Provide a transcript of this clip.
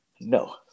No